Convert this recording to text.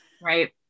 Right